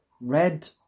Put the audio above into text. red